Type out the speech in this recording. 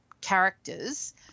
characters